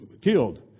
killed